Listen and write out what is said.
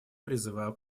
призываю